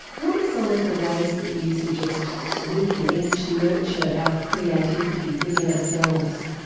what are some of the ways that you suggest we can each nurture our creativity within ourselves?